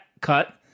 cut